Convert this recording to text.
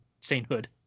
sainthood